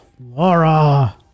laura